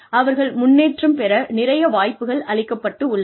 அவர்கள் முன்னேற்றம் பெற நிறைய வாய்ப்புகள் அளிக்கப்பட்டுள்ளது